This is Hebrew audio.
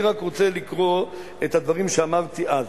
אני רק רוצה לקרוא את הדברים שאמרתי אז,